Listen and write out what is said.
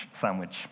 sandwich